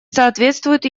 соответствуют